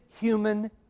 human